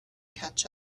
catch